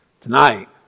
Tonight